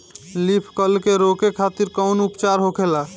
Leaf curl के रोके खातिर कउन उपचार होखेला?